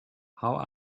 how